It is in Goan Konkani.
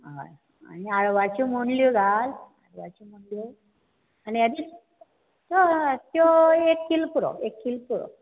आनी हाळवाच्यो मणल्यो घाल आनी हें दी हय त्यो एक कील पुरो एक कील पुरो